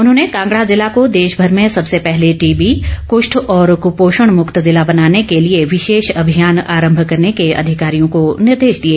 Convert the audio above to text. उन्होने कांगड़ा को देश भर में सबसे पहले टीबी कृष्ठ और कृपोषण मुक्त जिला बनाने के लिए विशेष अभियान आरम्भ करने के अधिकारियों को निर्देश दिए